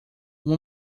uma